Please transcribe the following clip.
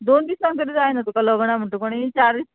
दोन दिसांक तरी जायना तुका लग्ना म्हणटा पूण एक चार